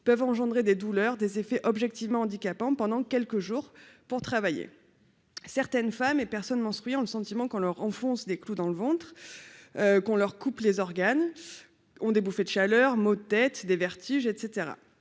peuvent engendrer des douleurs, des effets objectivement handicapant pendant quelques jours pour travailler certaines femmes et personne monstrueux ont le sentiment qu'on leur enfonce des clous dans le ventre, qu'on leur coupe les organes ont des bouffées de chaleur, maux de tête, des vertiges etc